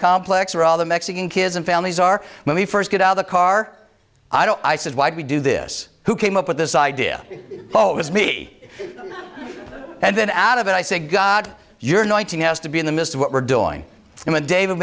complex or all the mexican kids and families are when we first get out of the car i don't i said why do we do this who came up with this idea oh it was me and then out of it i say god you're nine has to be in the midst of what we're doing and david